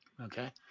Okay